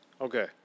Okay